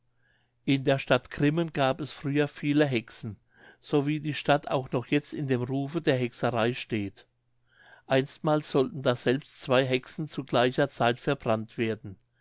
in der stadt grimmen gab es früher viele hexen so wie die stadt auch noch jetzt in dem rufe der hexerei steht einstmals sollten daselbst zwei hexen zu gleicher zeit verbrannt werden